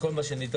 וכל מה שנדרש.